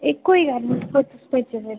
एह् कोई गल्ल निं तुस भेज्जो फ्ही